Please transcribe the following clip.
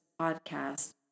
podcast